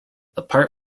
apart